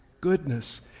goodness